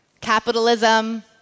capitalism